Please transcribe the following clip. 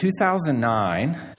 2009